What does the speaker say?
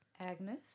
Agnes